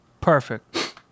perfect